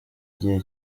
igihe